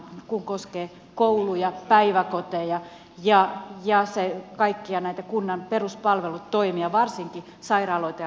se koskee kouluja päiväkoteja ja kaikkia näitä kunnan peruspalvelutoimia varsinkin sairaaloita ja lastensairaaloita